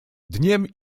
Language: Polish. dniem